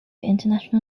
international